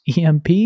EMP